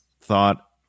thought